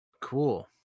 Cool